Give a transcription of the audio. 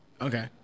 Okay